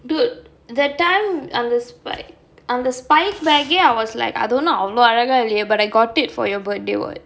dude that time அந்த:antha spi~ அந்த:antha spike bag eh I was like அது ஒன்னோ அவளோ அழகா இல்லையே:athu onno avalo alagaa illaiyae but I got it for your birthday [what]